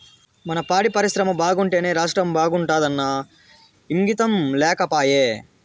మన పాడి పరిశ్రమ బాగుంటేనే రాష్ట్రం బాగుంటాదన్న ఇంగితం లేకపాయే